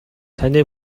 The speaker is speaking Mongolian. таны